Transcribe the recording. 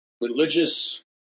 religious